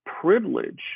privilege